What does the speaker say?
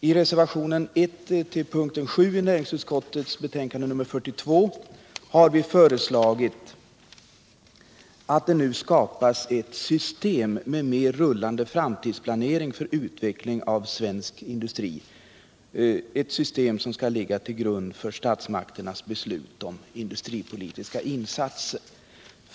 I reservationen I till punkten 7 i näringsutskottets betänkande nr 42 har vi föreslagit att det nu skapas ett system med mer rullande framtidsplanering för utveckling av svensk industri, ett system som skall ligga till grund för statsmakternas beslut om industripolitiska insatser.